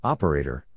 Operator